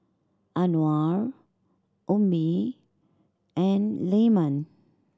Anuar Ummi and Leman